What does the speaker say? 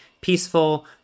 peaceful